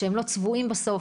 שהם לא צבועים בסוף,